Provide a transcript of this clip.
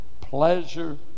pleasure